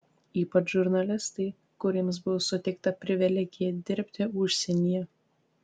ypač žurnalistai kuriems buvo suteikta privilegija dirbti užsienyje